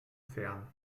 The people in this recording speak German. fern